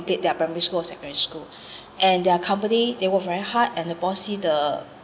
their primary school or secondary school and their company they work very hard and the boss see the